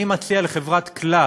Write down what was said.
אני מציע לחברת "כלל"